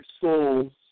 souls